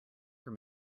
were